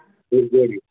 बरें